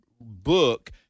book